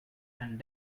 and